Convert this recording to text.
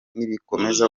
nibikomeza